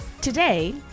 Today